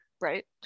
right